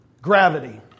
Gravity